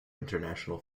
international